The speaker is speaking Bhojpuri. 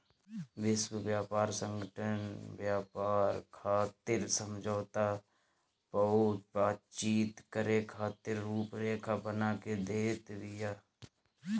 विश्व व्यापार संगठन व्यापार खातिर समझौता पअ बातचीत करे खातिर रुपरेखा बना के देत बिया